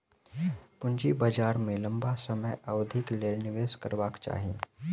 पूंजी बाजार में लम्बा समय अवधिक लेल निवेश करबाक चाही